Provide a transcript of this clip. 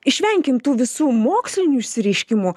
išvenkim tų visų mokslinių išsireiškimų